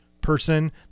person